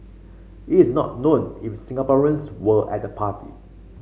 it is not known if Singaporeans were at the party